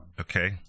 Okay